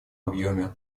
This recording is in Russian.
объеме